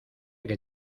que